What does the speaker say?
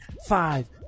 five